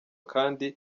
kandi